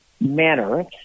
manner